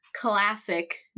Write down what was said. classic